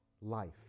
life